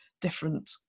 different